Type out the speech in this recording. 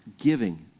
Giving